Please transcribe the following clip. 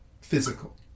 physical